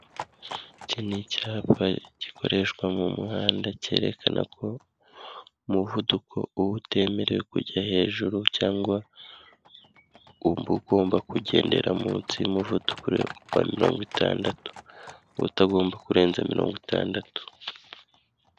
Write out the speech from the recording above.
Iki ni icyapa gikoreshwa mu muhanda cyerekana ko umuvuduko uba utemerewe kujya hejuru cyangwa ubu ugomba kugendera munsi y'umuvuduko wa mirongo itandatu utagomba kurenza mirongo itandatu.